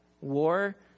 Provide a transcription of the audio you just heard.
War